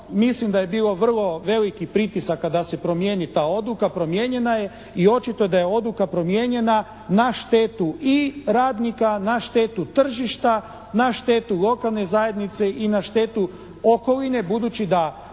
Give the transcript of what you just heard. Mislim da je bilo vrlo velikih pritisaka da se promijeni ta odluka, promijenjena je i očito da je odluka promijenjena na štetu i radnika, na štetu tržišta, na štetu lokalne zajednice i na štetu okoline, budući da